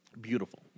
beautiful